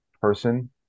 person